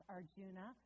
Arjuna